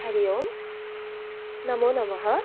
हरिः ओम् नमो नमः